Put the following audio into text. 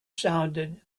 sounded